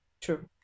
True